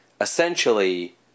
essentially